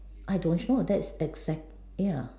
I don't show that's exact ya